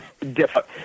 difficult